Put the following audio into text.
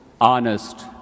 honest